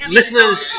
Listeners